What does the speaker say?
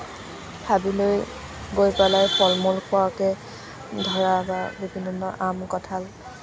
হাবিলৈ গৈ পেলাই ফল মূল পোৱাকে ধৰক বিভিন্ন ধৰণৰ আম কঠাল